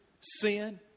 sin